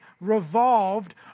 revolved